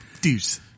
Deuce